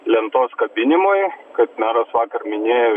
lentos kabinimui kad meras vakar minėjo